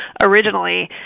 originally